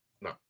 No